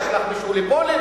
תשלח מישהו לפולין,